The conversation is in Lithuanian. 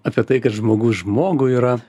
apie tai kad žmogus žmogui yra